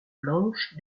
blanche